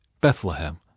Bethlehem